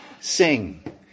sing